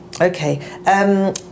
okay